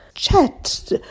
Chat